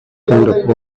kind